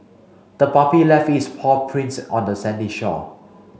the puppy left its paw prints on the sandy shore